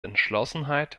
entschlossenheit